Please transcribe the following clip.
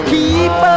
Keep